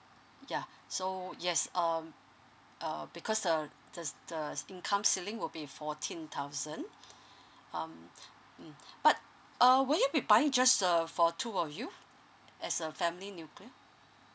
ya so yes um err because err this uh income ceiling will be fourteen thousand um mm but uh would you be buying just err for two of you as a family nuclear